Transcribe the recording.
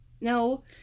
No